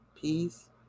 peace